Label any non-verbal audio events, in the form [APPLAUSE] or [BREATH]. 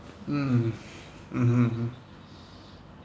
mm [BREATH] mmhmm mmhmm